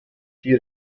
die